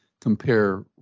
compare